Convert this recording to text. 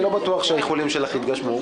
אני לא בטוח שהאיחולים שלך יתגשמו.